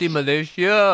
Malaysia